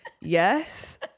yes